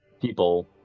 people